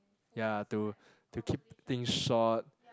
ya to to keep things short